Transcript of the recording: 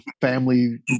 family